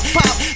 pop